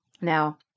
Now